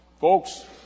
Folks